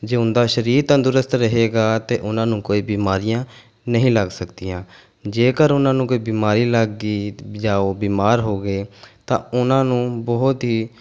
ਜੇ ਉਹਨਾਂ ਦਾ ਸਰੀਰ ਤੰਦਰੁਸਤ ਰਹੇਗਾ ਤਾਂ ਉਹਨਾਂ ਨੂੰ ਕੋਈ ਬਿਮਾਰੀਆਂ ਨਹੀਂ ਲੱਗ ਸਕਦੀਆਂ ਜੇਕਰ ਉਹਨਾਂ ਨੂੰ ਕੋਈ ਬਿਮਾਰੀ ਲੱਗ ਗਈ ਜਾਂ ਉਹ ਬਿਮਾਰ ਹੋ ਗਏ ਤਾਂ ਉਹਨਾਂ ਨੂੰ ਬਹੁਤ ਹੀ